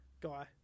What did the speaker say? guy